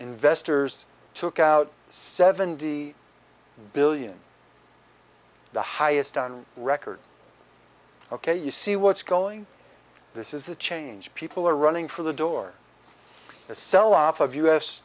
investors took out seventy billion the highest on record ok you see what's going this is the change people are running for the door to sell off of u